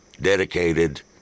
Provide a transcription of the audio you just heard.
dedicated